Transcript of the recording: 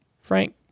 Frank